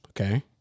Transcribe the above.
Okay